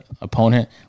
opponent